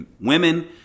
women